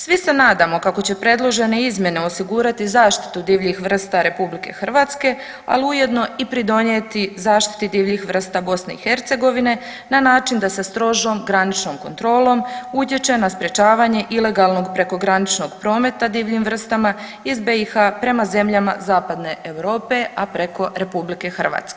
Svi se nadamo kako će predložene izmjene osigurati zaštitu divljih vrsta RH, ali ujedno i pridonijeti zaštiti divljih vrsta BiH na način da se strožom graničnom kontrolom utječe na sprječavanje ilegalnog prekograničnog prometa divljim vrstama iz BiH prema zemljama Zapadne Europe, a preko RH.